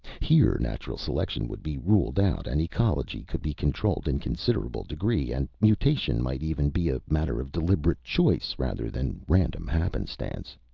here natural selection would be ruled out and ecology could be controlled in considerable degree and mutation might even be a matter of deliberate choice rather than random happenstance.